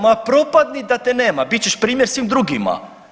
Ma propadni da te nema bit ćeš primjer svim drugima.